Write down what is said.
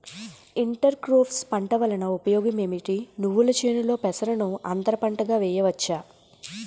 Inter crops పంట వలన ఉపయోగం ఏమిటి? నువ్వుల చేనులో పెసరను అంతర పంటగా వేయవచ్చా?